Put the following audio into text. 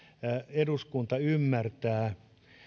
eduskunta ymmärtää